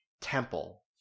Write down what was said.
temple